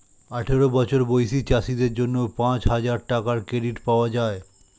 আঠারো বছর বয়সী চাষীদের জন্য পাঁচহাজার টাকার ক্রেডিট পাওয়া যায়